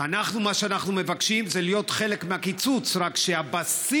מה שאנחנו מבקשים זה להיות חלק מהקיצוץ, רק שהבסיס